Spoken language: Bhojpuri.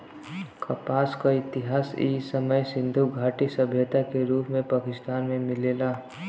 कपास क इतिहास इ समय सिंधु घाटी सभ्यता के रूप में पाकिस्तान में मिलेला